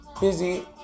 busy